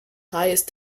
highest